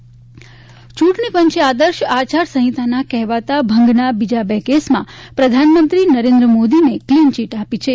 EC PM ચૂંટણી પંચે આદર્શ આચાર સંહિતાના કહેવાતા ભંગના બીજા બે કેસમાં પ્રધાનમંત્રી નરેન્દ્ર મોદીને કલીન ચીટ આપી છે